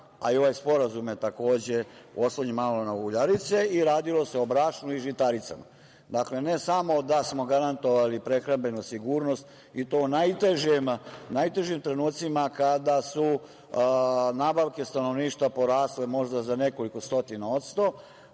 a i ovaj sporazum je takođe oslonjen malo na uljarice i radilo se o brašnu i žitaricama. Dakle, ne samo da smo garantovali prehrambenu sigurnost i u to u najtežim trenucima kada su nabavke stanovništva porasle možda za nekoliko stotina odsto,